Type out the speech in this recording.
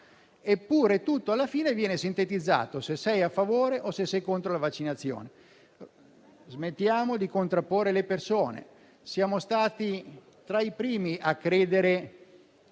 eppure, tutto alla fine viene sintetizzato se sei a favore o contro la vaccinazione. Smettiamo di contrapporre le persone: siamo stati tra i primi a credere